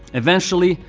eventually,